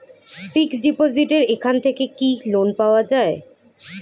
Fix ডিপোজিটের এখান থেকে কি লোন পাওয়া যায়?